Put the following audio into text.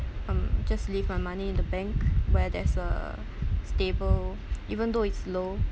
um just leave my money in the bank where there's a stable even though it's low